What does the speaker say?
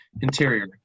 Interior